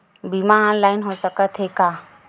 बीमा ऑनलाइन हो सकत हे का?